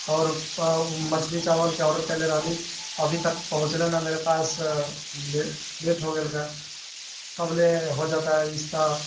आओर मछली चावलके ऑडर करले रहली अभीतक पहुँचलै नहि मेरे पास लेट हो गेलकै कबले हो जेतै इस तऽ